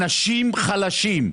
אנשים חלשים.